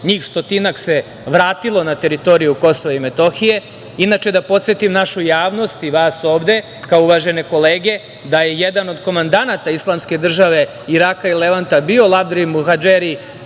njih stotinak se vratilo na teritoriju Kosova i Metohije. Inače, da podsetim našu javnost i vas ovde, kao uvažene kolege, da je jedan od komandanata Islamske države Iraka i Levanta bio Lavdrim Muhadžeri,